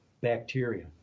bacteria